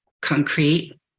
concrete